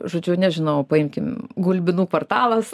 žodžiu nežinau paimkim gulbinų kvartalas